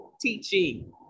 teaching